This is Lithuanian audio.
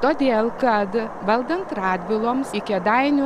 todėl kad valdant radviloms į kėdainių